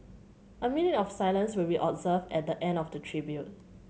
a minute of silence will be observed at the end of the tribute